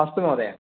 अस्तु महोदय